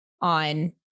on